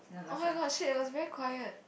oh-my-god she was very quiet